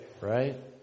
right